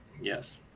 Yes